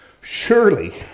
Surely